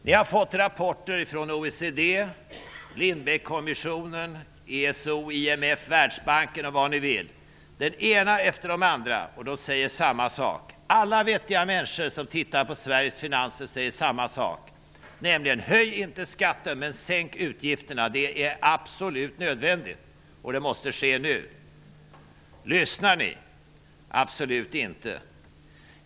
Ni har fått rapporter från OECD, Lindbeckkommissionen, ESO, IMF, Världsbanken och vad ni vill. Den ena efter den andra säger samma sak, och alla vettiga människor som tittar på Sveriges finanser säger samma sak: Höj inte skatten, men sänk utgifterna! Det är absolut nödvändigt. Och det måste ske nu! Lyssnar ni? Absolut inte.